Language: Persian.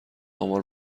آمار